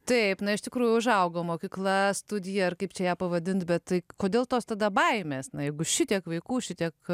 taip na iš tikrųjų užaugo mokykla studija ar kaip čia ją pavadinti bet tai kodėl tos tada baimės na jeigu šitiek vaikų šitiek